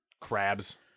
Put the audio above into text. Crabs